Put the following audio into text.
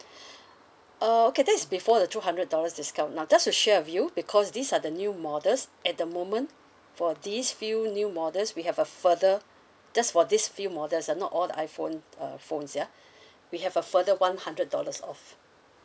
uh okay that is before the two hundred dollars discount now just to share with you because these are the new models at the moment for these few new models we have a further just for these few models ah not all the iphone uh phones yeah we have a further one hundred dollars off